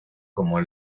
como